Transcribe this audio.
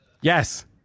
Yes